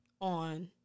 on